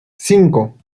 cinco